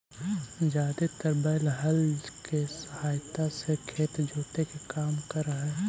जादेतर बैल हल केसहायता से खेत जोते के काम कर हई